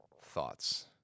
thoughts